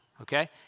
Okay